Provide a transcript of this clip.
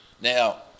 Now